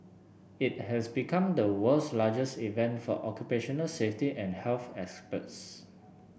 it has become the world's largest event for occupational safety and health experts